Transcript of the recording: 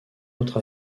autre